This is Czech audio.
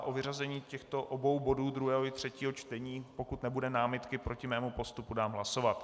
O vyřazení těchto obou bodů, druhého i třetího čtení pokud nebude námitka proti mému postupu dám hlasovat.